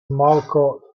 malco